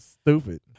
stupid